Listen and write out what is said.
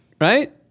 right